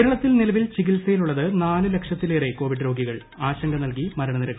കേരളത്തിൽ നിലവിൽ ചികിത്സയിലുള്ളത് നാല് ന് ലക്ഷത്തിലേറെ കോ്പിഡ് രോഗികൾ ആശങ്ക നൽകി മരണനിരക്ക്